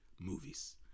movies